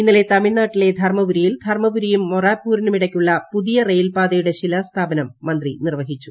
ഇന്നലെ തമിഴ്നാട്ടിലെ ധർമ്മപുരിയിൽ ധർമ്മപുരിയും മൊറാപ്പൂരിനുമിടയ്ക്കുള്ള പുതിയ റെയിൽപാതയുടെ ശിലാസ്ഥാപനം മന്ത്രി നിർവ്വഹിച്ചു